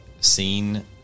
seen